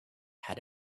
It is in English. had